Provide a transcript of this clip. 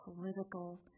political